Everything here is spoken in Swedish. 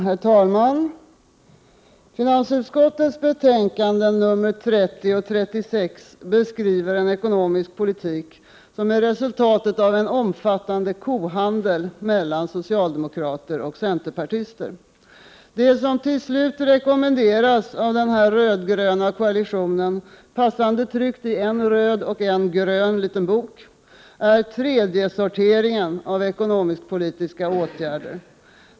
Herr talman! Finansutskottets betänkanden 30 och 36 beskriver en ekonomisk politik som är resultatet av en omfattande kohandel mellan socialdemokrater och centerpartister. Det som till slut rekommenderas av denna röd-gröna koalition — passande tryckt i en röd och en grön liten bok — är tredjesorteringen av ekonomisk-politiska åtgärder.